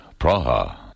Praha